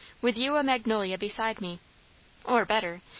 with you a magnolia beside me or better,